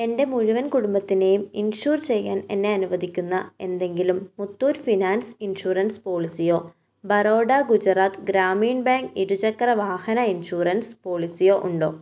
എൻ്റെ മുഴുവൻ കുടുംബത്തിനെയും ഇൻഷുർ ചെയ്യാൻ എന്നെ അനുവദിക്കുന്ന എന്തെങ്കിലും മുത്തൂറ്റ് ഫിനാൻസ് ഇൻഷുറൻസ് പോളിസിയോ ബറോഡ ഗുജറാത്ത് ഗ്രാമീൺ ബാങ്ക് ഇരുചക്ര വാഹന ഇൻഷുറൻസ് പോളിസിയോ ഉണ്ടോ